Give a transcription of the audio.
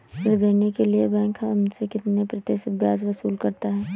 ऋण देने के लिए बैंक हमसे कितना प्रतिशत ब्याज वसूल करता है?